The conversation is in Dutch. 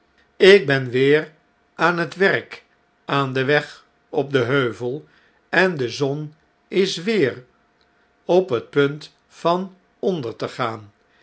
ik ben weer aan het werk aan den weg op den heuvel en de zon is weer op het punt van onder te gaan